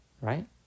Right